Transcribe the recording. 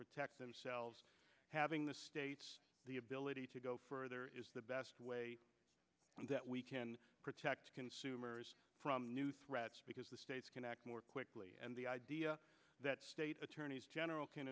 protect themselves having the ability to go further is the best way that we can protect consumers from new threats because the states can act more quickly and the idea that state attorneys general can